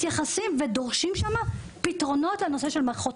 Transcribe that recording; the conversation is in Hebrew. מתייחסים ודורשים שם פתרונות לנושא מערכות